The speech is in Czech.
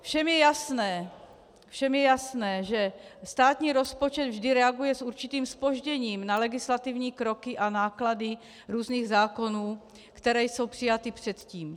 Všem je jasné, že státní rozpočet vždy reaguje s určitým zpožděním na legislativní kroky a náklady různých zákonů, které jsou přijaty předtím.